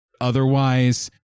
Otherwise